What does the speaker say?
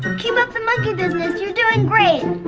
but keep up the monkey business. you're doing great!